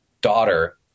daughter